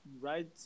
right